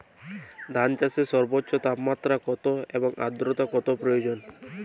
ধান চাষে সর্বোচ্চ তাপমাত্রা কত এবং আর্দ্রতা কত প্রয়োজন?